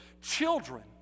children